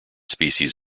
species